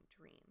dream